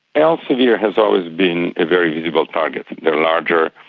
elsevier has always been a very visible target, they are larger,